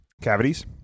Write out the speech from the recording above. Cavities